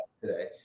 today